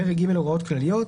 פרק ג': הוראות כלליות.